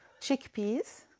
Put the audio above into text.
Chickpeas